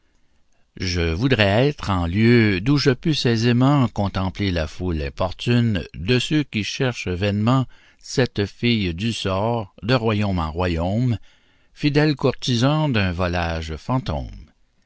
je voudrais être en lieu d'où je pusse aisément contempler la foule importune de ceux qui cherchent vainement cette fille du sort de royaume en royaume fidèles courtisans d'un volage fantôme